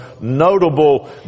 notable